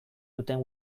duten